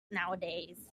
nowadays